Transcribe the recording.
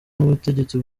n’ubutegetsi